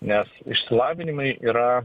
nes išsilavinimai yra